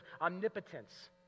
omnipotence